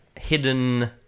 hidden